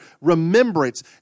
remembrance